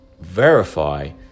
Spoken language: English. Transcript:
verify